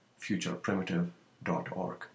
futureprimitive.org